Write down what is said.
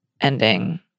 ending